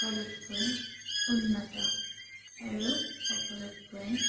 সকলোতকৈ উন্নত আৰু সকলোতকৈ